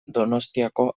donostiako